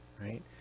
right